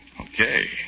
Okay